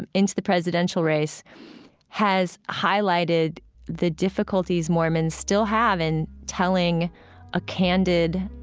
and into the presidential race has highlighted the difficulties mormons still have in telling a candid,